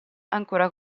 ancora